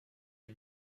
les